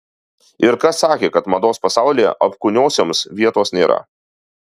ir kas sakė kad mados pasaulyje apkūniosioms vietos nėra